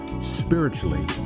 spiritually